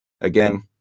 Again